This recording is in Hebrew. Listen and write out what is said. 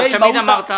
תמיד אמרת